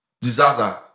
disaster